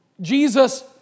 Jesus